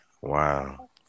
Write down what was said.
Wow